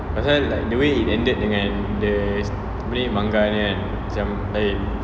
pasal like the way it ended dengan the apa ni manga nya kan macam lain